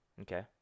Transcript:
Okay